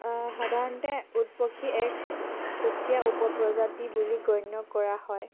সাধাৰণতে উট পক্ষী এক সুকীয়া উপপ্ৰজাতি বুলি গণ্য কৰা হয়